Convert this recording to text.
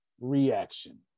reaction